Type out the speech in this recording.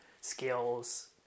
skills